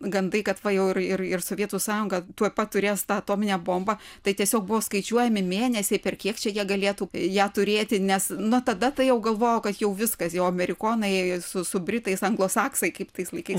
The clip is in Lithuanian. gandai kad va jau ir ir sovietų sąjunga tuoj pat turės tą atominę bombą tai tiesiog buvo skaičiuojami mėnesiai per kiek čia jie galėtų ją turėti nes nu tada tai jau galvojo kad jau viskas jau amerikonai ėjo su britais anglosaksai kaip tais laikais